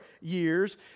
years